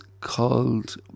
called